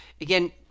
Again